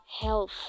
health